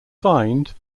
fined